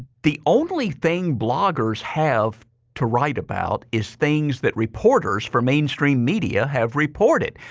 the only thing bloggers have to write about is things that reporters from mainstream media have reported.